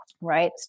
right